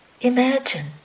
Imagine